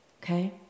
okay